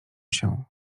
się